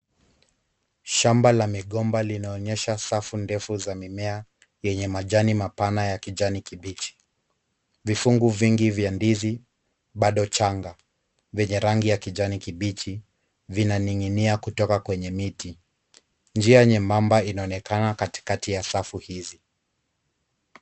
Shamba la migomba linaonyesha safu ndefu za mimea yenye majani mapana ya kijani kibichi. Vifungu vingi vya ndizi bado changa vyenye rangi ya kijani kibichi vinaning'inia kutoka kwenye miti. Njia nyembamba inaonekana katikati ya safu hizi.